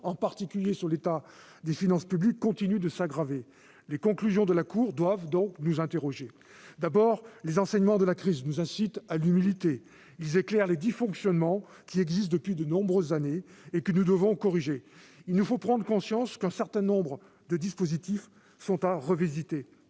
en particulier sur l'état des finances publiques, continue de s'aggraver. Les conclusions de la Cour doivent donc nous interroger. Tout d'abord, les enseignements de la crise nous incitent à l'humilité. Ils éclairent les dysfonctionnements qui existent depuis de nombreuses années et que nous devons corriger. Il nous faut prendre conscience qu'un certain nombre de dispositifs sont à revisiter.